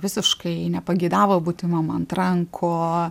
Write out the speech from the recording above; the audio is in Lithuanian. visiškai nepageidavo būti mum ant rankų